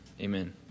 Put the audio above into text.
amen